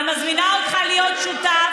אני מזמינה אותך להיות שותף.